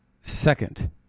Second